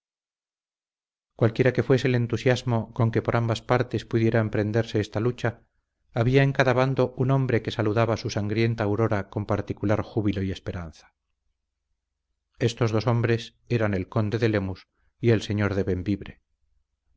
cualquiera que fuese el entusiasmo con que por ambas partes pudiera emprenderse esta lucha había en cada bando un hombre que saludaba su sangrienta aurora con particular júbilo y esperanza estos dos hombres eran el conde de lemus y el señor de